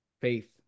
Faith